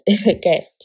Okay